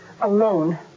Alone